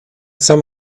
some